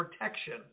protection